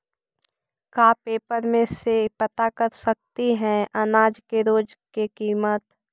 का पेपर में से पता कर सकती है अनाज के रोज के किमत?